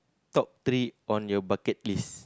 top three on your bucket list